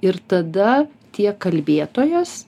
ir tada tiek kalbėtojas